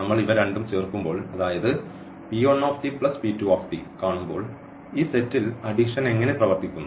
നമ്മൾ ഇവ രണ്ടും ചേർക്കുമ്പോൾ അതായത് കാണുമ്പോൾ ഈ സെറ്റിൽ അഡിഷൻ എങ്ങനെ പ്രവർത്തിക്കുന്നു